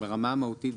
ברמה המהותית,